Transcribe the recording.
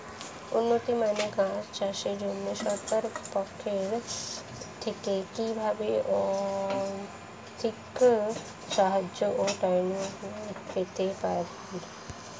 উন্নত মানের মাছ চাষের জন্য সরকার পক্ষ থেকে কিভাবে আর্থিক সাহায্য ও ট্রেনিং পেতে পারি?